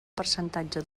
percentatge